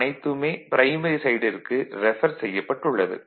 அனைத்துமே ப்ரைமரி சைடிற்கு ரெஃபர் செய்யப்பட்டுள்ளது